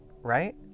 Right